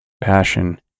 passion